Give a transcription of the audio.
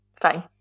fine